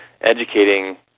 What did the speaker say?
educating